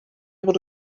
able